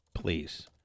please